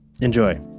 Enjoy